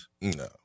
No